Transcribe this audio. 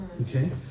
Okay